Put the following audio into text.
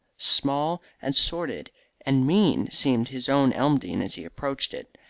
small and sordid and mean seemed his own elmdene as he approached it,